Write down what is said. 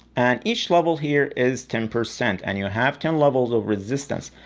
and each level here is ten percent and you have ten levels of resistance.